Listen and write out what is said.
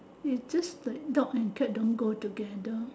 it's just that dog and cat don't go together